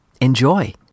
Enjoy